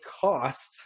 cost